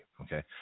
okay